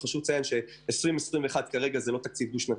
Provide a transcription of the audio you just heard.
חשוב לציין ש-2021 כרגע הוא לא דו-שנתי,